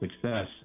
success